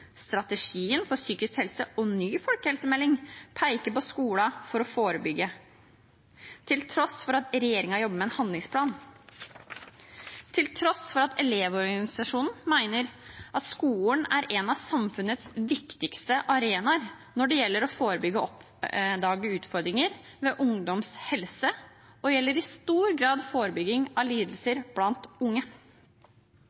strategien for psykisk helse og den nye folkehelsemeldingen peker på skolen for å forebygge til tross for at regjeringen jobber med en handlingsplan til tross for at Elevorganisasjonen mener at skolen er en av samfunnets viktigste arenaer når det gjelder å forebygge og oppdage utfordringer med ungdoms helse, og det gjelder i stor grad forebygging av lidelser